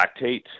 lactate